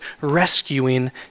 rescuing